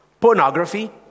pornography